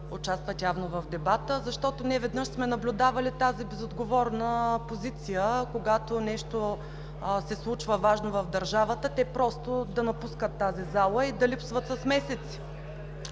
участват явно в дебата, защото не веднъж сме наблюдавали тази безотговорна позиция – когато в държавата се случва нещо важно, те просто да напускат тази зала и да липсват с месеци.